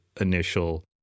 initial